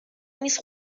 نیست